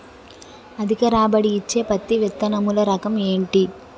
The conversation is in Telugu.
అధిక రాబడి ఇచ్చే పత్తి విత్తనములు రకం ఏంటి?